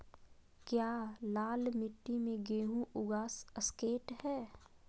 क्या लाल मिट्टी में गेंहु उगा स्केट है?